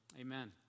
Amen